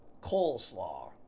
coleslaw